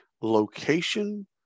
location